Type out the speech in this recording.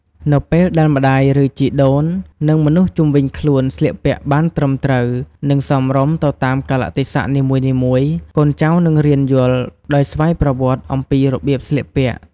នៅពេលដែលម្ដាយ ឬជីដូន និងមនុស្សជំុវិញខ្លួនស្លៀកពាក់បានត្រឹមត្រូវ និងសមរម្យទៅតាមកាលៈទេសៈនីមួយៗ កូនចៅនឹងរៀនយល់ដោយស្វ័យប្រវត្តិអំពីរបៀបស្លៀកពាក់។